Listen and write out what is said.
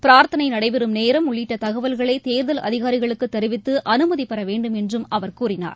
பிரார்த்தனைநடைபெறம் நேரம் உள்ளிட்டதகவல்களைதேர்தல் அதிகாரிகளுக்குதெரிவித்துஅனுமதிபெறவேண்டும் என்றும் அவர் கூறினார்